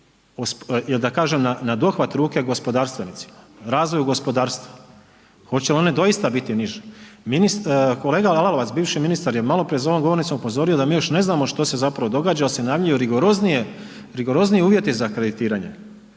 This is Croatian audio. da kažem na dohvat ruke gospodarstvenicima, razvoju gospodarstva, hoće one doista biti niže? Kolega Lalovac, bivši ministar je maloprije za ovom govornicom upozorio da mi još ne znamo što se zapravo događa jer se najavljuju rigoroznije, rigorozniji uvjeti za kreditiranje.